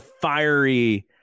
fiery